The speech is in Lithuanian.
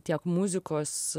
tiek muzikos